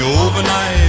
overnight